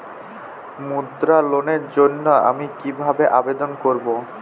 মুদ্রা লোনের জন্য আমি কিভাবে আবেদন করবো?